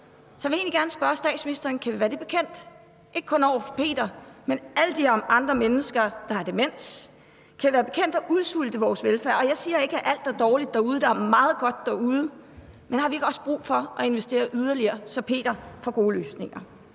Så jeg vil egentlig gerne spørge statsministeren: Kan vi være det bekendt, ikke kun over for Peter, men alle de andre mennesker, der har demens? Kan vi være bekendt at udsulte vores velfærd? Jeg siger ikke, at alt er dårligt derude – der er meget godt derude – men har vi ikke også brug for at investere yderligere, så Peter får gode løsninger?